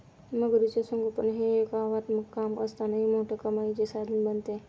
मगरीचे संगोपन हे एक आव्हानात्मक काम असतानाही मोठ्या कमाईचे साधन बनते